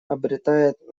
обретает